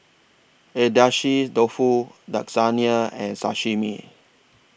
Agedashi Dofu Lasagne and Sashimi